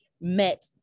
met